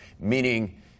meaning